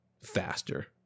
faster